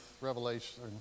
Revelation